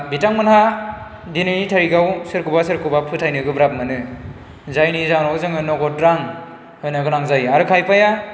बिथांमोनहा दिनैनि थारिकआव सोरखौबा सोरखौबा फोथायनो गोब्राब मोनो जायनि जाहोनाव जोङो नगद रां होनो गोनां जायो आरो खायफाया